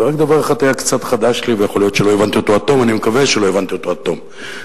ורק דבר אחד היה קצת חדש לי ויכול להיות שלא הבנתי אותו עד תום,